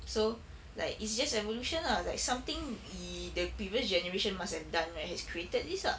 so like it's just evolution lah like something !ee! the previous generation must have done right has created this lah